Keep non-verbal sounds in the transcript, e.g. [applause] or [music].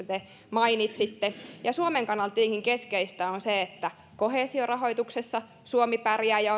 [unintelligible] te mainitsitte ja suomen kannalta tietenkin keskeistä on se että koheesiorahoituksessa suomi pärjää ja [unintelligible]